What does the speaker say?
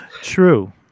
True